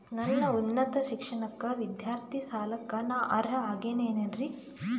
ನನ್ನ ಉನ್ನತ ಶಿಕ್ಷಣಕ್ಕ ವಿದ್ಯಾರ್ಥಿ ಸಾಲಕ್ಕ ನಾ ಅರ್ಹ ಆಗೇನೇನರಿ?